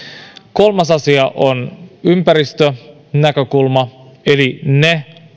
kolmas asia on ympäristönäkökulma eli ne